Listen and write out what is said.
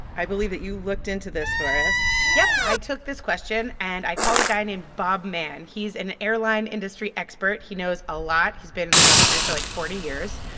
i believe that you looked into this for us yep. i took this question, and i called a guy named bob mann. he's an airline industry expert. he knows a lot. he's been in the industry for, like, forty years.